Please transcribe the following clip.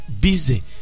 busy